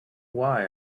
why